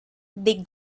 they